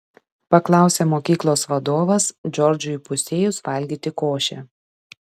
paklausė mokyklos vadovas džordžui įpusėjus valgyti košę